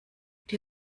die